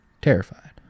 terrified